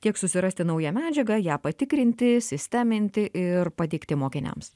tiek susirasti naują medžiagą ją patikrinti sisteminti ir pateikti mokiniams